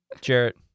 Jarrett